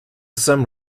some